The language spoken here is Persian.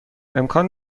امکان